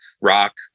rock